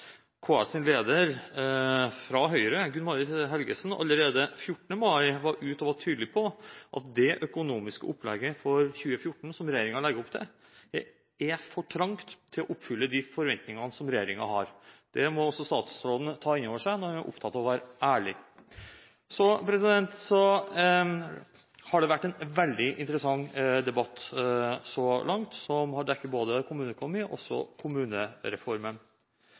KS, Gunn Marit Helgesen – fra Høyre – allerede 14. mai var ute og var tydelig på at det økonomiske opplegget for 2015 som regjeringen legger opp til, er for trangt til å oppfylle de forventningene som regjeringen har. Det må også statsråden ta inn over seg når han er opptatt av å være ærlig. Det har vært en veldig interessant debatt så langt, som har dekket både kommuneøkonomi og kommunereformen.